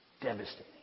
devastating